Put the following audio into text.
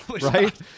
Right